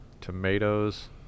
tomatoes